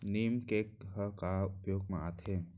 नीम cake ह का उपयोग मा आथे?